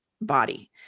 body